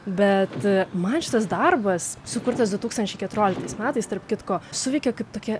bet man šitas darbas sukurtas du tūkstančiai keturioliktais metais tarp kitko suveikė kaip tokia